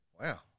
Wow